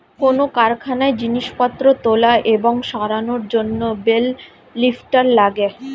কোন কারখানায় জিনিসপত্র তোলা এবং সরানোর জন্যে বেল লিফ্টার লাগে